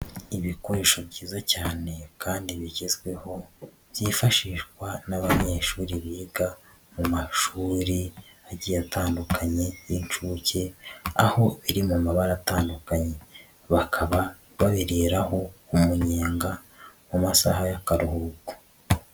Ibikoresho byiza cyane kandi bigezweho, byifashishwa n'abanyeshuri biga mu mashuri agiye atandukanye y'inshuke, aho biri mu mabara atandukanye, bakaba babiriraho umunyenga mu masaha y'akaruhuko.